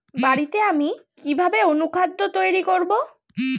বাড়িতে আমি কিভাবে অনুখাদ্য তৈরি করব?